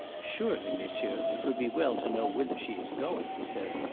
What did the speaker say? surely, monsieur, it would be well to know whither she is going, he said,